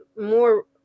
more